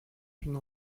une